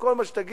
בכל מה שתגיד,